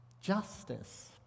justice